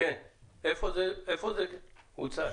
איפה זה הוצג?